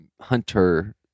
hunter